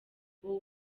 ubu